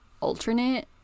alternate